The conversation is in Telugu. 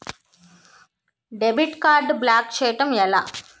డెబిట్ కార్డ్ బ్లాక్ చేయటం ఎలా?